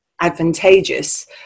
advantageous